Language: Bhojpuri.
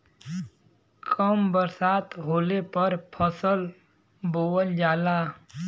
कम बरसात होले पर फसल बोअल जाला